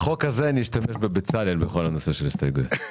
בחוק הזה אני אשתמש בבצלאל בכל הנושא של הסתייגויות.